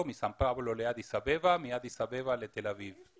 מסאן פאולו לאדיס אבבה ומאדיס אבבה לתל אביב.